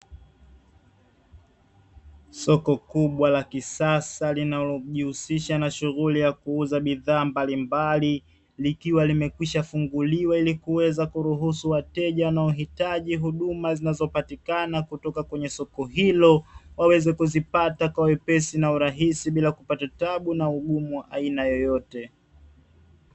Soko kubwa la kisasa linalojihusisha na shughuli ya kuuza bidhaa mbalimbali likiwa limekwisha funguliwa, ili kuweza kuruhusu wateja wanaohitaji huduma zinazopatikana kutoka kwenye soko hilo, waweze kuzipata kwa wepesi na urahisi bila kupata taabu na ugumu wa aina yoyote.